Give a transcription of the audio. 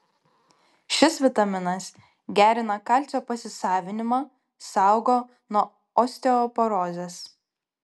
šis vitaminas gerina kalcio pasisavinimą saugo nuo osteoporozės